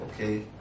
okay